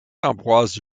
ambroise